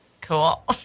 Cool